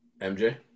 MJ